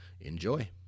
enjoy